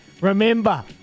remember